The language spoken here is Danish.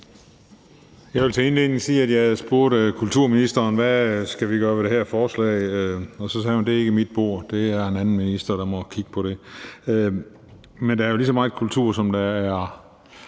Jeg vil til indledning sige, at jeg spurgte kulturministeren, hvad vi skal gøre ved det her forslag, og så sagde hun: Det er ikke mit bord; det er en anden minister, der må kigge på det. Men der er jo lige så meget kultur, som der er